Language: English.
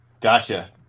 Gotcha